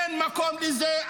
אין מקום לזה.